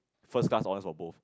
first class honours for both